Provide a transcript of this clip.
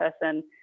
person